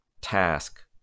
task